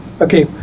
okay